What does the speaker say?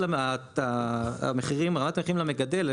אז רמת המחירים למגדל,